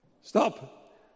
stop